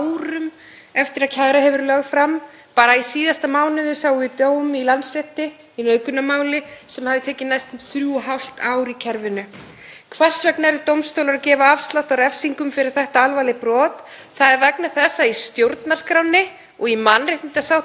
Hvers vegna eru dómstólar að gefa afslátt af refsingum fyrir þetta alvarleg brot? Það er vegna þess að í stjórnarskránni og í mannréttindasáttmála Evrópu er borgurum tryggður réttur til hraðrar málsmeðferðar. Sakborningur nýtur góðs af því við ákvörðun refsingar þegar mál hefur dregist